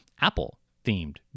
Apple-themed